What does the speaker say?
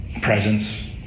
presence